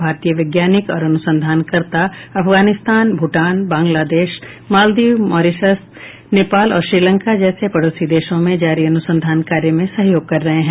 भारतीय वैज्ञानिक और अनुसंधानकर्ता अफगानिस्तान भूटान बांग्लादेश मालदीव मॉरिशस नेपाल और श्रीलंका जैसे पड़ोसी देशों में जारी अनुसंधान कार्य में सहयोग कर रहे हैं